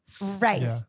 Right